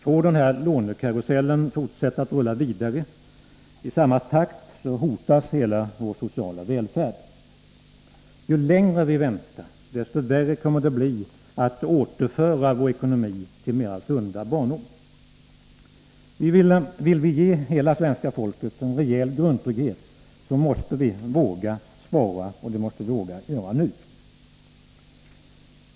Får den lånekarusellen fortsätta att rulla vidare i samma takt hotas hela vår sociala välfärd. Ju längre vi väntar, desto värre kommer det att bli att återföra vår ekonomi till mer sunda banor. Vill vi ge hela svenska folket en rejäl grundtrygghet, måste vi våga spara och göra det nu.